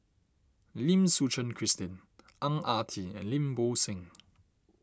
Lim Suchen Christine Ang Ah Tee and Lim Bo Seng